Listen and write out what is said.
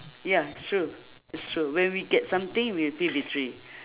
ya it's true it's true when we get something we will feel victory